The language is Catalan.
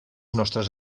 nostres